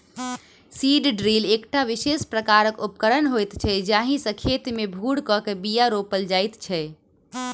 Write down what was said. seed drill एकटा विशेष प्रकारक उपकरण होइत छै जाहि सॅ खेत मे भूर क के बीया रोपल जाइत छै